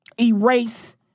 Erase